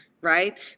right